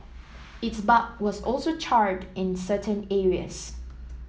its bark was also charred in certain areas